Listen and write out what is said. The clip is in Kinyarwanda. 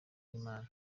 n’imana